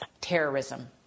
terrorism